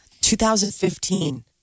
2015